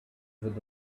with